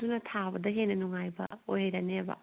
ꯑꯗꯨꯅ ꯊꯥꯕꯗ ꯍꯦꯟꯅ ꯅꯨꯡꯉꯥꯏꯕ ꯑꯣꯏꯔꯅꯦꯕ